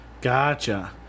Gotcha